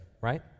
right